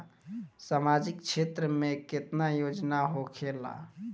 सामाजिक क्षेत्र में केतना योजना होखेला?